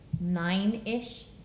nine-ish